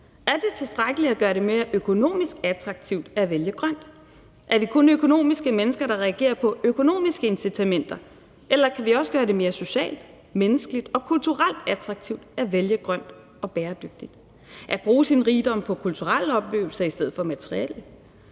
Er det tilstrækkeligt at gøre det mere økonomisk attraktivt at vælge grønt? Er vi kun økonomiske mennesker, der reagerer på økonomiske incitamenter, eller kan vi også gøre det mere socialt, menneskeligt og kulturelt attraktivt at vælge grønt og bæredygtigt, at bruge sin rigdom på kulturelle oplevelser i stedet for materielle,